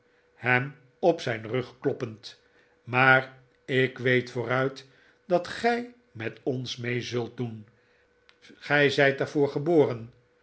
hem op zijn rug kloppend maar ik weet vooruit dat gij met ons mee zult doen gij zijt